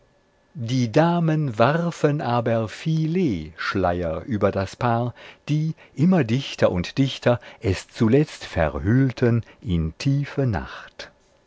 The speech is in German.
die damen warfen aber filetschleier über das paar die immer dichter und dichter es zuletzt verhüllten in tiefe nacht